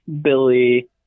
Billy